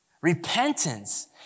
Repentance